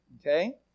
Okay